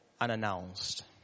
unannounced